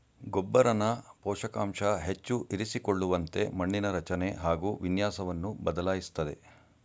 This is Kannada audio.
ಗೊಬ್ಬರನ ಪೋಷಕಾಂಶ ಹೆಚ್ಚು ಇರಿಸಿಕೊಳ್ಳುವಂತೆ ಮಣ್ಣಿನ ರಚನೆ ಹಾಗು ವಿನ್ಯಾಸವನ್ನು ಬದಲಾಯಿಸ್ತದೆ